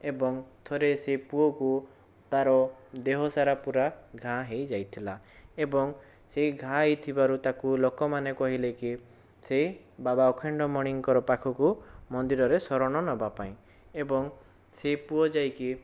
ଏବଂ ଥରେ ସେ ପୁଅକୁ ତା ର ଦେହସାରା ପୁରା ଘା ହେଇଯାଇଥିଲା ଏବଂ ସେଇ ଘା ହୋଇଥିବାରୁ ତାକୁ ଲୋକମାନେ କହିଲେକି ସେ ବାବା ଅଖଣ୍ଡମଣିଙ୍କର ପାଖକୁ ମନ୍ଦିରରେ ଶରଣ ନେବାପାଇଁ ଏବଂ ସେ ପୁଅ ଯାଇକି